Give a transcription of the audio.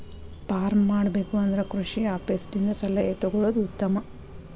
farm ಮಾಡಬೇಕು ಅಂದ್ರ ಕೃಷಿ ಆಪೇಸ್ ದಿಂದ ಸಲಹೆ ತೊಗೊಳುದು ಉತ್ತಮ